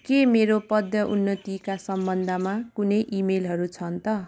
के मेरो पदोन्नतिका सम्बन्धमा कुनै इमेलहरू छन् त